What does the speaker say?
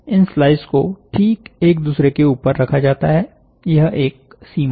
इन slice को ठीक एक दूसरे के ऊपर रखा जाता है यह एक सीमा है